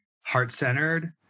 heart-centered